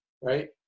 right